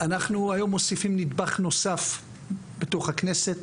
אנחנו היום מוסיפים נדבך נוסף בתוך הכנסת,